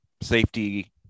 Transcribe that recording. safety